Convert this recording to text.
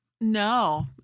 No